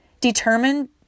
determined